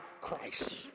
Christ